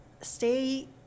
stay